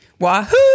Wahoo